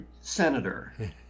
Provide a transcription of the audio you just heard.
senator